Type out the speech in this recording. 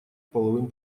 половым